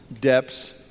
depths